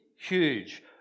huge